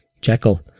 Jekyll